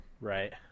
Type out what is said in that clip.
right